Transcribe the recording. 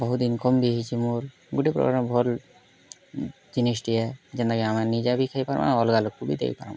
ବହୁତ୍ ଇନକମ୍ ବି ହେଇଛି ମୋର୍ ଗୋଟେ ପ୍ରକାର୍ ଭଲ୍ ଜିନିଷ୍ଟିଏ ଯେନ୍ତା କି ଆମେ ନିଜେ ବି ଖାଇ ପାର୍ମା ଆଉ ଅଲଗା ଲୋକକୁ ବି ଦେଇ ପାର୍ମା